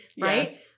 right